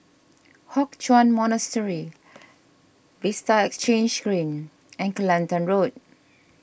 Hock Chuan Monastery Vista Exhange Green and Kelantan Road